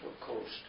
Coast